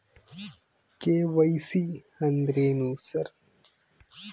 KYC ಅಂದ್ರೇನು sir?